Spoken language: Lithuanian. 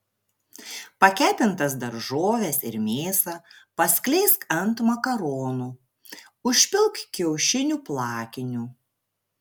pakepintas daržoves ir mėsą paskleisk ant makaronų užpilk kiaušinių plakiniu